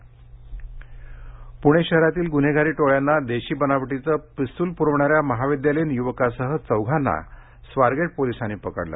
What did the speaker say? पिस्तुल पुणे शहरातील गुन्हेगारी टोळ्यांना देशी बनावटीचे पिस्तूल पुरविणाऱ्या महाविद्यालयीन युवकांसह चौघांना स्वारगेट पोलिसांनी पकडले